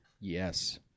Yes